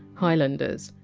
highlanders,